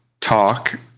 talk